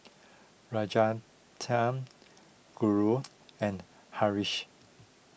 Rajaratnam Guru and Haresh